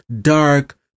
dark